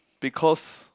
because